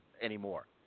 anymore